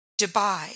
Dubai